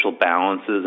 balances